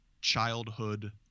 childhood